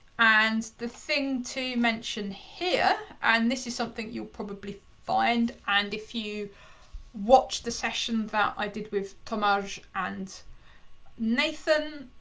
and the thing to mention here and this is something you'll probably find, and if you watch the session that i did with thomash and nathan,